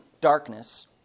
darkness